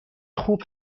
خوب